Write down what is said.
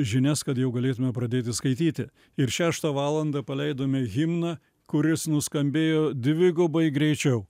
žinias kad jau galėtume pradėti skaityti ir šeštą valandą paleidome himną kuris nuskambėjo dvigubai greičiau